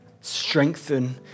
strengthen